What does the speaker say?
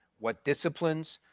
what disciplines?